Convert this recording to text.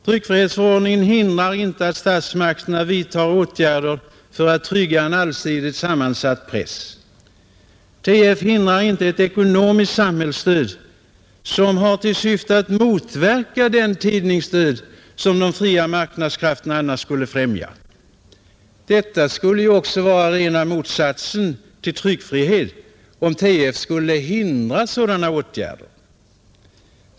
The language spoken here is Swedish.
Tryckfrihetsförordningen förhindrar inte statsmakterna att vidta åtgärder för att trygga en allsidigt sammansatt press. TF hindrar inte ett ekonomiskt samhällsstöd, som har till syfte att motverka den tidningsstöd de fria marknadskrafterna annars skulle främja. Det skulle också vara rena motsatsen till tryckfrihet, om TF skulle hindra sådana åtgärder.